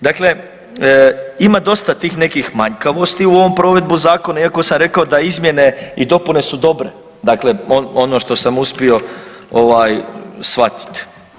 Dakle, ima dosta tih nekih manjkavosti u ovom provedbu zakona iako sam rekao da izmjene i dopune su dobre, dakle ono što sam uspio ovaj shvatiti.